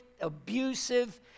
abusive